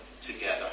together